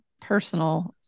personal